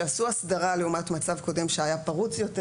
שעשו הסדרה לעומת מצב קודם שהיה פרוץ יותר